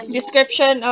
Description